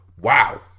Wow